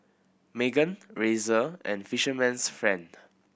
Megan Razer and Fisherman's Friend